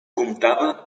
comptava